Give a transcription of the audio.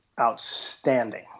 outstanding